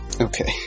Okay